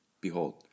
Behold